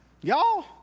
Y'all